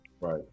Right